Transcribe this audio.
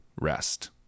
rest